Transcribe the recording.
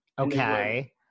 Okay